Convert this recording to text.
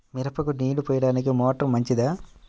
మిరపకు నీళ్ళు పోయడానికి మోటారు మంచిదా?